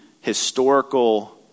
historical